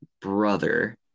brother